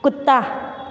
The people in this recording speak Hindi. कुत्ता